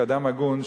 כאדם הגון,